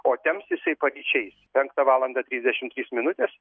o tems jisai paryčiais penktą valandą trisdešim trys minutės